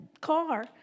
car